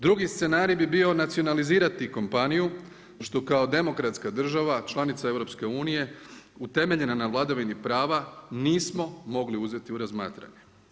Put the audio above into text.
Drugi scenarij bi bio nacionalizirati kompaniju, što kao demokratska država članica EU utemeljena na vladavini prava nismo mogli uzeti u razmatranje.